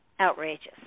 Outrageous